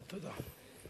תודה.